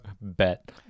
Bet